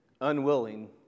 unwilling